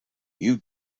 you